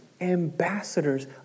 ambassadors